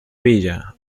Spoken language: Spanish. villa